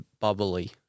bubbly